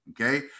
okay